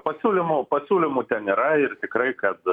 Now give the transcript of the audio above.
pasiūlymų pasiūlymų ten yra ir tikrai kad